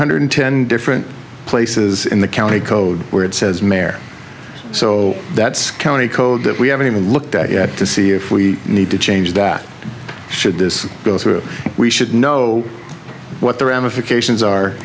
hundred ten different places in the county code where it says mer so that's county code that we haven't even looked at yet to see if we need to change that should this go through we should know what the ramifications are